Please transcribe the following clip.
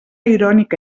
irònica